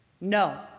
no